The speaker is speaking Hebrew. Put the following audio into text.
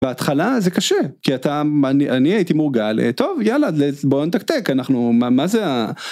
בהתחלה זה קשה כי אתה... אני הייתי מורגל: טוב, יאללה, בואו נתקתק, אנחנו... מה זה ה....